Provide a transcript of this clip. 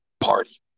party